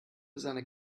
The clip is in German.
seine